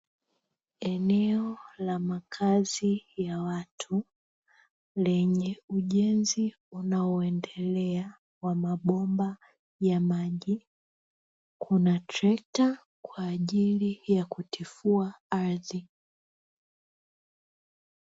Eneo la makazi ya watu lenye ujenzi unaoendelea wa mabomba ya maji, kuna trekta kwa ajili ya kutifua ardhi.